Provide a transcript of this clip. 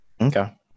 Okay